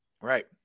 Right